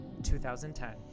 2010